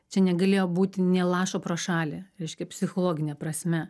čia negalėjo būti nė lašo pro šalį reiškia psichologine prasme